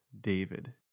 David